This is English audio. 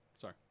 Sorry